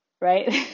right